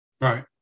Right